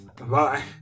bye